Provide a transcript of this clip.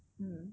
hmm